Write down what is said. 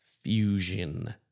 fusion